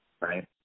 right